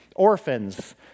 orphans